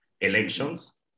elections